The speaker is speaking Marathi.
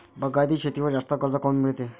बागायती शेतीवर जास्त कर्ज काऊन मिळते?